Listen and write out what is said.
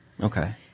Okay